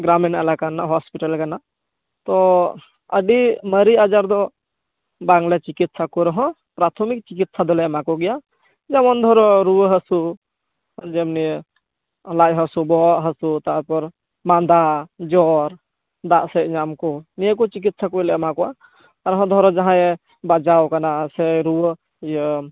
ᱜᱨᱟᱢᱤᱱ ᱮᱞᱟᱠᱟ ᱨᱮᱱᱟᱜ ᱦᱚᱥᱯᱤᱴᱟᱞ ᱠᱟᱱᱟ ᱛᱚ ᱟᱹᱰᱤ ᱢᱟᱹᱨᱤᱭᱟᱜ ᱟᱡᱟᱨ ᱫᱚ ᱵᱟᱝᱞᱮ ᱪᱤᱠᱤᱛᱥᱟ ᱠᱚ ᱨᱮᱦᱚᱸ ᱯᱨᱟᱛᱷᱚᱢᱤᱠ ᱪᱤᱠᱤᱛᱥᱟ ᱫᱚᱞᱮ ᱮᱢᱟᱠᱚ ᱜᱮᱭᱟ ᱡᱮᱢᱚᱱ ᱫᱷᱚᱨᱚ ᱨᱩᱭᱟᱹ ᱦᱟᱹᱥᱩ ᱡᱮᱢᱱᱤ ᱞᱟᱡ ᱦᱟᱹᱥᱩ ᱵᱚᱦᱚᱜ ᱦᱟᱹᱥᱩ ᱛᱟᱯᱚᱨ ᱢᱟᱱᱫᱟ ᱡᱚᱨ ᱫᱟᱜ ᱥᱮᱜ ᱧᱟᱢᱠᱚ ᱱᱤᱭᱚᱠᱚ ᱪᱤᱠᱤᱛᱥᱟ ᱠᱚᱞᱮ ᱮᱢᱟ ᱠᱚᱣᱟ ᱟᱨᱦᱚᱸ ᱫᱷᱚᱨᱚ ᱡᱟᱦᱟᱸᱭ ᱮ ᱵᱟᱡᱟᱣ ᱠᱟᱱᱟ ᱥᱮ ᱨᱩᱭᱟᱹ ᱤᱭᱟᱹ